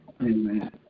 Amen